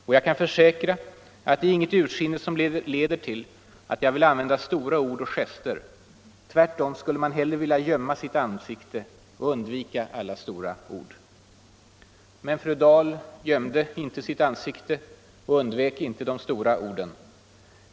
Och jag kan försäkra att det är inget ursinne som leder till att jag vill använda mig av några stora ord och gester. Tvärtom skulle man helst vilja gömma sitt ansikte och undvika alla stora ord.” Men fru Dahl gömde inte sitt ansikte och undvek inte de stora orden.